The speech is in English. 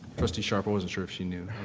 trustee sharp, i wasn't sure if she knew.